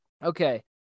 Okay